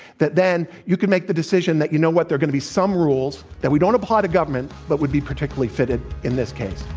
that then you could make the decision that you know what? there are going to be some rules that we don't apply to government but would be particularly fitted in this case.